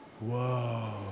Whoa